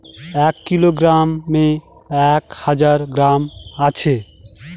এক কিলোগ্রামে এক হাজার গ্রাম আছে